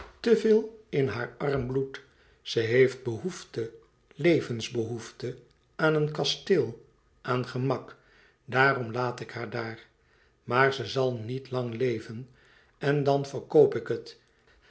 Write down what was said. veel in haar arm bloed ze heeft behoefte levensbehoefte aan een kasteel aan gemak daarom laat ik haar daar maar ze zal niet lang leven en dan verkoop ik het